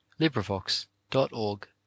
LibriVox.org